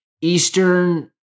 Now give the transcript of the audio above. Eastern